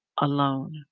alone